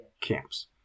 camps